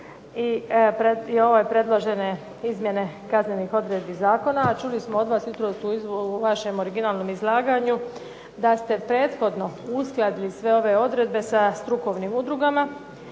i ove predložene izmjene kaznenih odredbi zakona, a čuli smo od vas jutros u vašem originalnom izlaganju da ste prethodno uskladili sve ove odredbe sa strukovnim udrugama